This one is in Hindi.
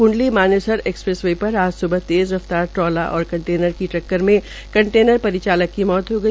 क्ंडली मानेसर एक्सप्रेस वे पर आज सूबह तेज़ रफ्तार ट्राला और कंटेनर की टक्कर में कंटेनर परिचालक की मौत हो गई